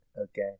okay